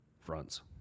fronts